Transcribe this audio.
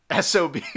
SOB